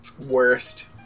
worst